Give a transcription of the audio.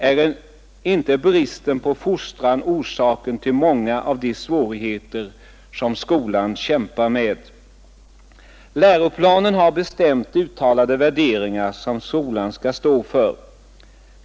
Är inte bristen på fostran orsaken till många av de svårigheter som skolan kämpar med? Läroplanen har bestämt uttalade värderingar som skolan skall stå för.